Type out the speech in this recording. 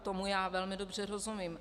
Tomu já velmi dobře rozumím.